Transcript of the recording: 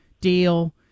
deal